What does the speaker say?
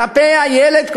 כלפי הילד,